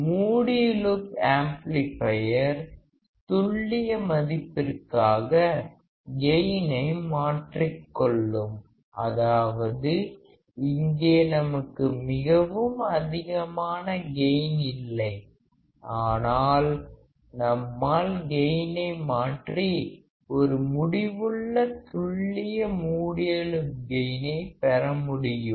மூடிய loop amplifier துல்லிய மதிப்பிற்காக கெயினை மாற்றிக்கொள்ளும் அதாவது இங்கே நமக்கு மிகவும் அதிகமான கெயின் இல்லை ஆனால் நம்மால் கெயினை மாற்றி ஒரு முடிவுள்ள துல்லிய மூடிய லூப் கெயினைப் பெற முடியும்